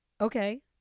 Okay